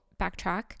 backtrack